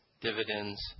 dividends